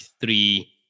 three